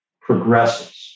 progresses